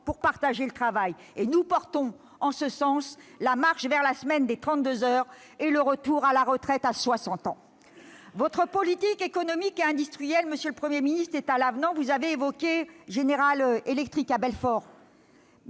pour partager le travail. Nous défendons, en ce sens, la marche vers la semaine de 32 heures et le retour au droit à la retraite à 60 ans. Votre politique économique et industrielle, monsieur Premier ministre, est à l'avenant. Vous avez évoqué General Electric à Belfort.